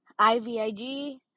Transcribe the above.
IVIG